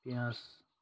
फियास